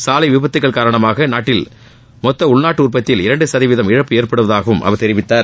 சாலை விபத்துக்கள் காரணமாக நாட்டில் மொத்த உள்நாட்டு உற்பத்தியில் இரண்டு சதவீதம் இழப்பு ஏற்படுவதாகவும் அவர் தெரிவித்தார்